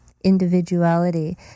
individuality